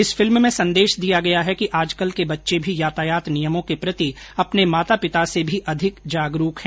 इस फिल्म में संदेश दिया गया है कि आजकल के बच्चे भी यातायात नियमों के प्रति अपने माता पिता से भी अधिक जागरूक हैं